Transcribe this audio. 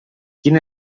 quin